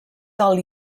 del